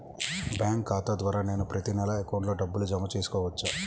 Bank ఖాతా ద్వారా నేను ప్రతి నెల అకౌంట్లో డబ్బులు జమ చేసుకోవచ్చా?